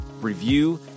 review